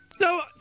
No